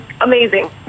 amazing